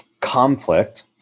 conflict